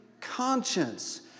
conscience